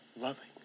loving